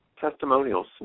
testimonials